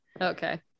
Okay